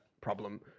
problem